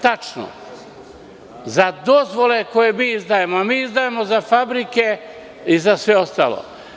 Tačno, za dozvole koje mi izdajemo, a mi izdajemo za fabrike i za sve ostalo.